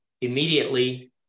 immediately